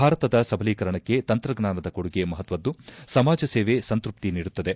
ಭಾರತದ ಸಬಲೀಕರಣಕ್ಕೆ ತಂತ್ರಜ್ಞಾನದ ಕೊಡುಗೆ ಮಪತ್ವದ್ದು ಸಮಾಜಸೇವೆ ಸಂತೃಪ್ತಿ ನೀಡುತ್ತದೆ